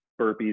burpees